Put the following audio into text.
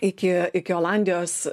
iki iki olandijos